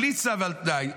בלי צו על תנאי,